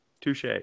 Touche